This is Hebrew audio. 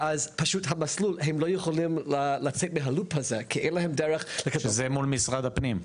והם לא יכולים לצאת מהלופ כי אין להם דרך --- זה מול משרד הפנים.